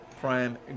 Prime